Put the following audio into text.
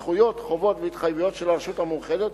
זכויות, חובות והתחייבויות של הרשות המאוחדת,